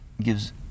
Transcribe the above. gives